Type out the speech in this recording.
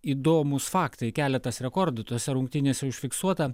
įdomūs faktai keletas rekordų tose rungtynėse užfiksuota